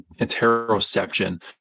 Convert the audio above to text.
interoception